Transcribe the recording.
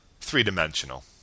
three-dimensional